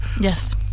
Yes